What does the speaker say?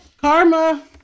karma